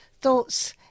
thoughts